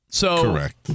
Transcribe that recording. Correct